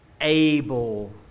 able